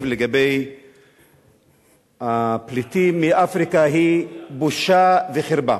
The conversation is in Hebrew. לגבי הפליטים מאפריקה היא בושה וחרפה.